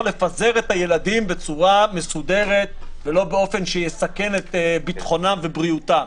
לפזר את הילדים בצורה מסודרת ולא באופן שיסכן את ביטחונם ובריאותם.